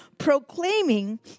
proclaiming